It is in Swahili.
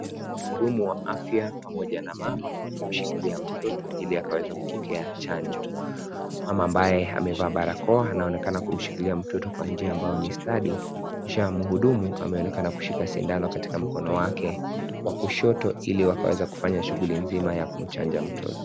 Mhudumu wa afya pamoja na mama wakimshikilia mtoto ili akaweze kupokea chanjo. Mama ambaye amevaa barakoa anaonekana kumshikilia mtoto kwa njia ambayo ni stadi kisha mhudumu ameonekana kushika sindano katika mkono wa kushoto ili wakaweze kufanya shughuli mzima ya kumchanja mtoto.